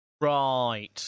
Right